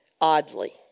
oddly